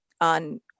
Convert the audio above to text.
on